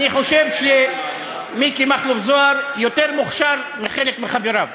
אני חושב שמיקי מכלוף זוהר יותר מוכשר מחלק מחבריו,